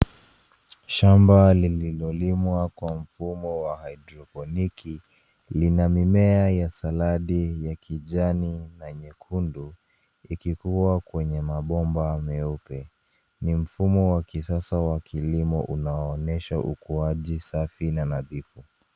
Shamba lililolimwa kwa mfumo wa hydroponiki lina mimea ya saladi ya kijani na nyekundu ikikuwa kwenye mabomba meupe. Ni mfumo wa kisasa wa kilimo unaoonyesha ukuaji safi na nadhifu.